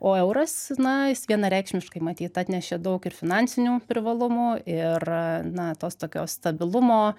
o euras na jis vienareikšmiškai matyt atnešė daug ir finansinių privalumų ir a na tos tokios stabilumo